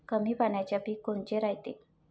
कमी पाण्याचे पीक कोनचे रायते?